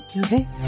okay